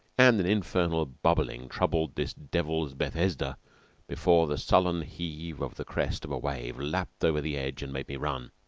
and an infernal bubbling troubled this devil's bethesda before the sullen heave of the crest of a wave lapped over the edge and made me run.